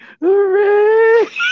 hooray